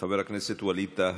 חבר הכנסת ווליד טאהא,